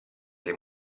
dei